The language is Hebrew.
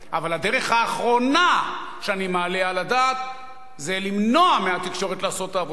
אבל הדרך האחרונה שאני מעלה על הדעת זה למנוע מהתקשורת לעשות את העבודה.